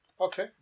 Okay